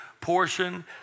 portion